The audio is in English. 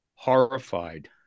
horrified